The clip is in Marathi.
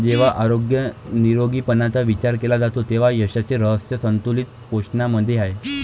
जेव्हा आरोग्य निरोगीपणाचा विचार केला जातो तेव्हा यशाचे रहस्य संतुलित पोषणामध्ये आहे